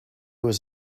was